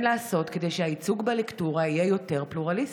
לעשות כדי שהייצוג בלקטורה יהיה יותר פלורליסטי.